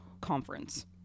conference